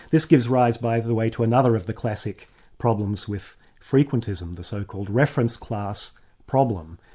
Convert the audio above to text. this gives rise by the way to another of the classic problems with frequentism, the so-called reference class problem.